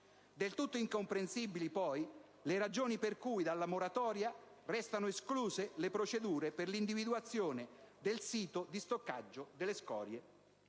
Del tutto incomprensibili sono poi le ragioni per cui dalla moratoria restano escluse le procedure per l'individuazione del sito di stoccaggio delle scorie.